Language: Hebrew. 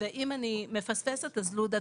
אם אני מפספסת אז לודה תרחיב,